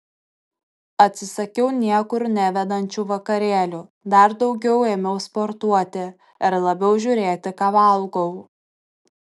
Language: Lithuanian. atsisakiau niekur nevedančių vakarėlių dar daugiau ėmiau sportuoti ir labiau žiūrėti ką valgau